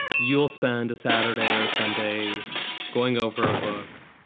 you'll spend a saturday or sunday going over a book,